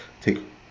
take